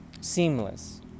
seamless